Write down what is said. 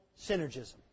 synergism